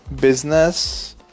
Business